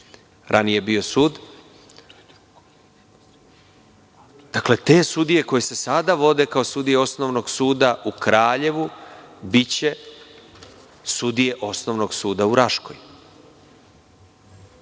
ranije je bio sud, koje se sada vode kao sudije Osnovnog suda u Kraljevu biće sudije Osnovnog suda u Raškoj.